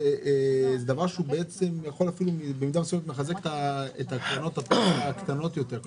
זה דבר שיכול אפילו במידה מסוימת לחזק את הקרנות הקטנות יותר?